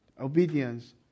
obedience